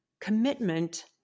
commitment